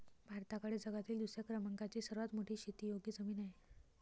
भारताकडे जगातील दुसऱ्या क्रमांकाची सर्वात मोठी शेतीयोग्य जमीन आहे